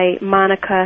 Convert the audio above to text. monica